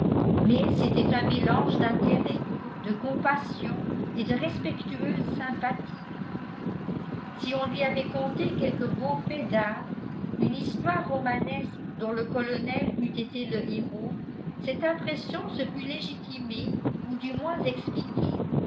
mais c'était un mélange d'intérêt de compassion et de respectueuse sympathie si on lui avait conté quelque beau fait d'armes une histoire romanesque dont le colonel eût été le héros cette impression se fût légitimée ou du moins expliquée